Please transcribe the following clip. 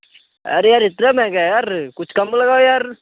अरे यार इतना महँगा है यार कुछ काम लगाओ यार